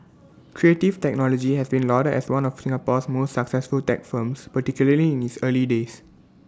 Creative Technology has been lauded as one of Singapore's most successful tech firms particularly in its early days